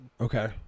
Okay